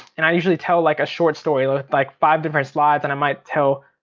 and i usually tell like a short story with like five different slides and i might tell,